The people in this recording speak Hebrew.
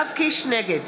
נגד